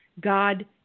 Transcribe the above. God